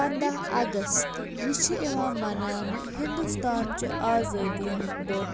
پَنٛدَہ اَگَست یہِ چھُ یِوان مَناونہٕ ہِنٛدوستانچہِ آزٲدی ہُنٛد دۄہ